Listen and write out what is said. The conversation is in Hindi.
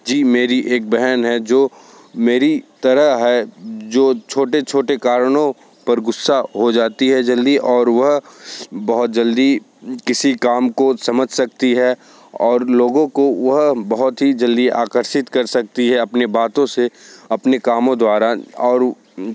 जी मेरी एक बहन है जो मेरी तरह है जो छोटे छोटे कारणों पर गुस्सा हो जाती है जल्दी और वह बहुत जल्दी किसी काम को समझ सकती है और लोगों को वह बहुत ही जल्दी आकर्षित कर सकती है अपनी बातों से अपने कामों द्वारा और